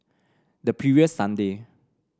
the previous Sunday